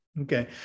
Okay